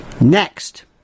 Next